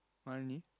Wani